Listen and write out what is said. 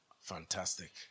Fantastic